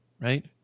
right